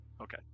Okay